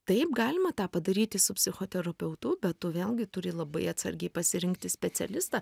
taip galima tą padaryti su psichoterapeutu bet tu vėlgi turi labai atsargiai pasirinkti specialistą